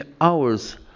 hours